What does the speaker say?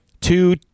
two